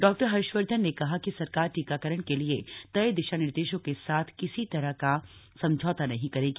doctor Harshvardhan ने कहा कि सरकार टीकाकरण के लिए तय दिशा निर्देशों के साथ किसी तरह का समझौता नहीं करेगी